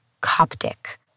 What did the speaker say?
Coptic